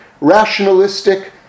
rationalistic